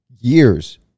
years